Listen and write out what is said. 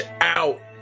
out